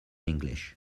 english